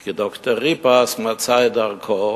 כי ד"ר ריפס מצא את דרכו